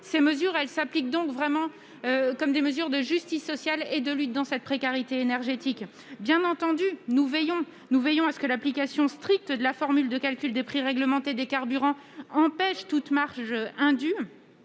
Ces mesures sont des mesures de justice sociale et de lutte contre la précarité énergétique. Bien entendu, nous veillons à ce que l'application stricte de la formule de calcul des prix réglementés des carburants empêche toute marge indue.